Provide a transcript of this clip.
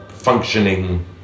functioning